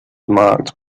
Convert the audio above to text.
marked